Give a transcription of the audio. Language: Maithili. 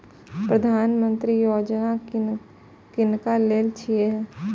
प्रधानमंत्री यौजना किनका लेल छिए?